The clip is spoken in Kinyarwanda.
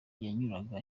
yanyuraga